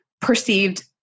perceived